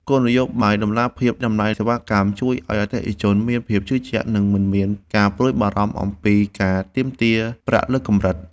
គោលនយោបាយតម្លាភាពតម្លៃសេវាកម្មជួយឱ្យអតិថិជនមានភាពជឿជាក់ និងមិនមានការព្រួយបារម្ភអំពីការទាមទារប្រាក់លើសកម្រិត។